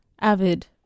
avid